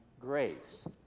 grace